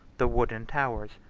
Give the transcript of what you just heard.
the wooden towers,